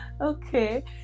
okay